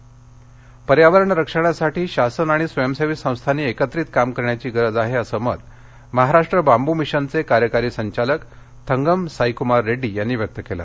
कार्यशाळा पर्यावरण रक्षणासाठी शासन आणि स्वयंसेवी संस्थांनी एकत्रित काम करण्याची गरज आहे असं मत महाराष्ट्र बांबू मिशनचे कार्यकारी संचालक थंगम साईकुमार रेड्डी यांनी व्यक्त केलं